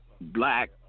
black